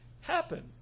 happen